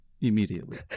immediately